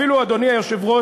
אפילו, אדוני היושב-ראש,